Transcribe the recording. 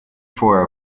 for